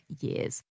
years